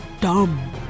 dumb